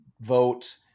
vote